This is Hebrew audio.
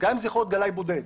אפילו גלאי בודד,